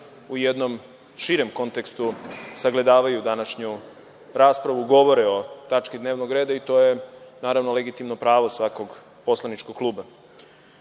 u jednom širem kontekstu sagledavaju današnju raspravu, govore o tački dnevnog reda i to je naravno legitimno pravo svakog poslaničkog kluba. Sa